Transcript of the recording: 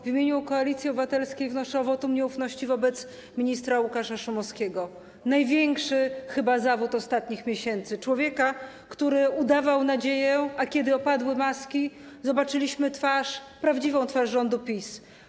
W imieniu Koalicji Obywatelskiej wnoszę o wotum nieufności wobec ministra Łukasza Szumowskiego - chyba największego zawodu ostatnich miesięcy, człowieka, który udawał nadzieję, a kiedy opadły maski, zobaczyliśmy twarz, prawdziwą twarz rządu PiS.